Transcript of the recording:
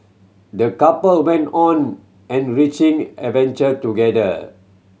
the couple went on an enriching adventure together